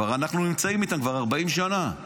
אנחנו נמצאים איתם כבר 40 שנה.